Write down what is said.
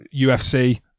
UFC